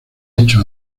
hecho